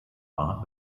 wahr